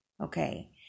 okay